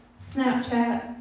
Snapchat